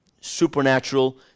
supernatural